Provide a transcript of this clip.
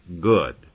good